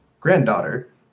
granddaughter